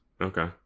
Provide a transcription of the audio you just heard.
Okay